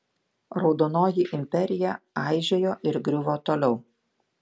raudonoji imperija aižėjo ir griuvo toliau